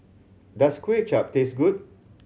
does Kuay Chap taste good